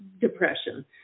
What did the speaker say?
depression